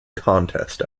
contest